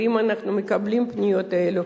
ואם אנחנו מקבלים פניות כאלה,